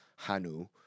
hanu